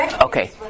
Okay